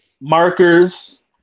markers